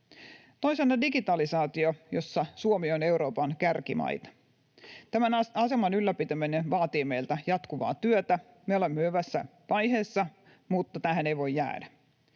Toisena digitalisaatio, jossa Suomi on Euroopan kärkimaita. Tämän aseman ylläpitäminen vaatii meiltä jatkuvaa työtä. Me olemme hyvässä vaiheessa, mutta tähän ei voi jäädä.